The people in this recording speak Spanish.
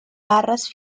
barras